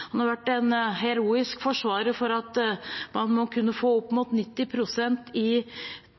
Han har vært en heroisk forsvarer av at man må kunne få opp mot 90 pst. i